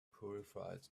purified